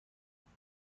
بروم